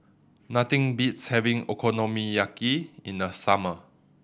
nothing beats having Okonomiyaki in the summer